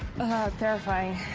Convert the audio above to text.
terrifying.